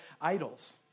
idols